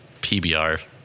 PBR